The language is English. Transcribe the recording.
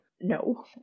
no